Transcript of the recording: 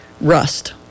rust